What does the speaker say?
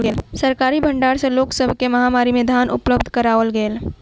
सरकारी भण्डार सॅ लोक सब के महामारी में धान उपलब्ध कराओल गेल